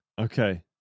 Okay